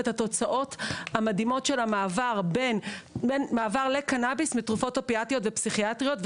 את התוצאות המדהימות של המעבר לקנביס מתרופות אופיאטיות ופסיכיאטריות,